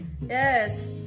Yes